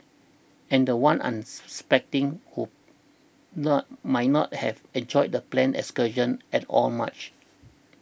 and the one unsuspecting who the might not have enjoyed the planned excursion at all much